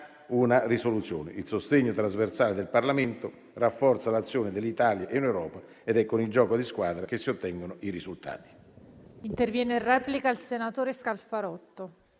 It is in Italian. una risoluzione. Il sostegno trasversale del Parlamento rafforza l'azione dell'Italia in Europa ed è con il gioco di squadra che si ottengono i risultati.